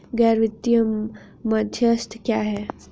गैर वित्तीय मध्यस्थ क्या हैं?